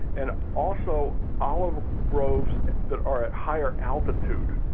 and also, olive groves that are at higher altitude